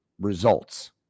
results